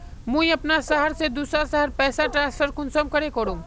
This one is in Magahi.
मुई अपना शहर से दूसरा शहर पैसा ट्रांसफर कुंसम करे करूम?